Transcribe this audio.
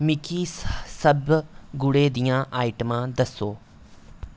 मिगी सब गुड़ै दियां आइटमां दस्सो